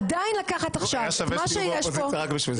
נו, היה שווה שתהיו באופוזיציה רק בשביל זה.